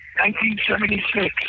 1976